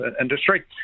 industry